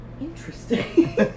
interesting